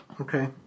Okay